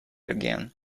again